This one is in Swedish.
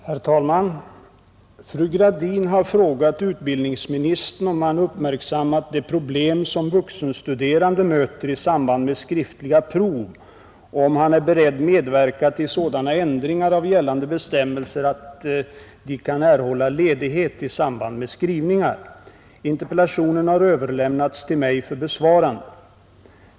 Herr talman! Fru Gradin har frågat utbildningsministern om han uppmärksammat det problem som vuxenstuderande möter i samband med skriftliga prov och om han är beredd medverka till sådana ändringar av gällande bestämmelser att de kan erhålla ledighet i samband med skrivningar. Interpellationen har överlämnats till mig för besvarande.